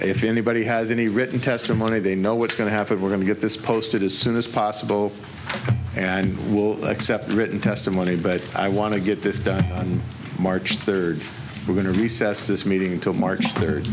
if anybody has any written testimony they know what's going to have it we're going to get this posted as soon as possible and will accept written testimony but i want to get this done on march third we're going to recess this meeting until march third